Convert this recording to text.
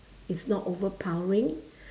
it's not overpowering